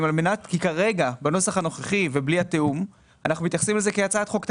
כי כרגע אנחנו מתייחסים לזה כהצעת חוק תקציבית.